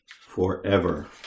forever